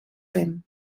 rem